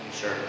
Sure